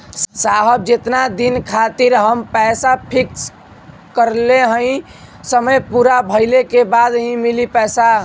साहब जेतना दिन खातिर हम पैसा फिक्स करले हई समय पूरा भइले के बाद ही मिली पैसा?